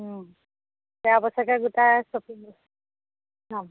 অ সেয়া পইচাকে গোটাই চপিং অ